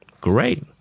Great